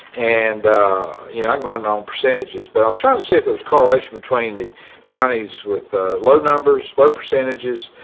and, you know, i can run my own percentages, but i was trying to see if there was correlation between the counties with low numbers, low percentages,